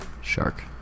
Shark